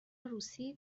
روسی